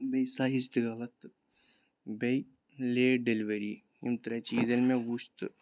بیٚیہِ سایِز تہِ غلط تہٕ بیٚیہِ لیٹ ڈِیلوری یِم ترٛےٚ چیٖز ییٚلہِ مےٚ وُچھ تہٕ